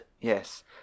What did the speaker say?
yes